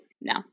no